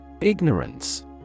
Ignorance